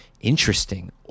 interesting